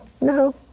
no